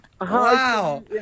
wow